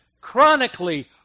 chronically